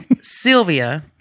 Sylvia